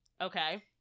okay